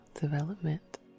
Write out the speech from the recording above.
development